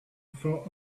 felt